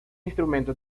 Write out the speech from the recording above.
instrumento